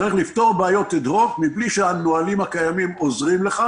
צריך לפתור בעיות אד-הוק מבלי שהנהלים הקודמים עוזרים לך,